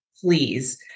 please